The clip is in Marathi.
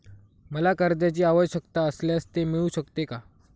मला कर्जांची आवश्यकता असल्यास ते मिळू शकते का?